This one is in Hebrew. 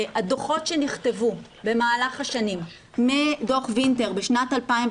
הדו"חות שנכתבו במהלך השנים מדו"ח וינטר בשנת 2008,